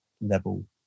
level